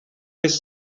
this